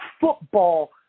Football